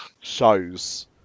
shows